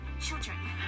Children